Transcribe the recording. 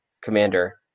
commander